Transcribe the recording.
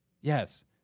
Yes